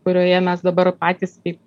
kurioje mes dabar patys kaip